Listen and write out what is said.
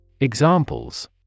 Examples